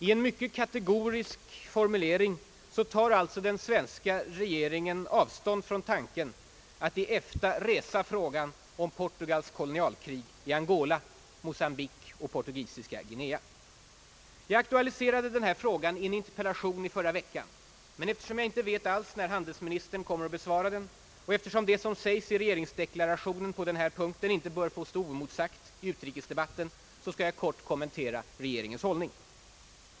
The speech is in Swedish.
I en mycket kategorisk formulering tar alltså den svenska regeringen avstånd från tanken att i EFTA resa frågan om Portugals kolonialkrig i Angola, Mocambique och portugisiska Guinea. Jag aktualiserade denna fråga i en interpellation i förra veckan. Men eftersom jag inte vet när handelsministern kommer att besvara den och eftersom det som sägs i regeringsdeklarationen på denna punkt inte bör få stå oemotsagt i utrikesdebatten, skall jag kortfattat kommentera regeringens hållning.